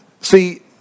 See